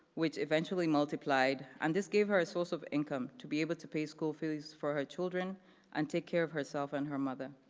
which eventually multiplied, and this gave her a source of income to be able to pay school fees for her children and take care of herself and her mother.